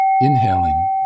Inhaling